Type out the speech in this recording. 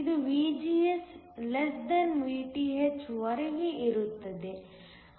ಇದು VGS Vth ವರೆಗೆ ಇರುತ್ತದೆ